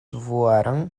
voaram